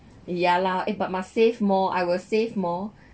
ya lah eh but must save more I will save more